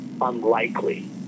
unlikely